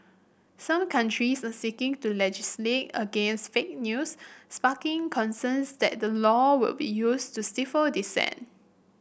some countries are seeking to legislate against fake news sparking concerns that the law will be used to stifle dissent